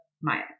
Maya